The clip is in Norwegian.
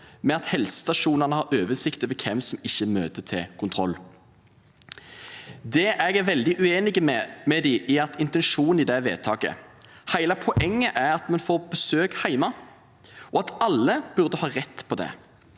ved at helsestasjonene har oversikt over hvem som ikke møter til kontroll. Jeg er veldig uenig med dem i at det er intensjonen med det vedtaket. Hele poenget er at man får besøk hjemme, og at alle burde ha rett på det.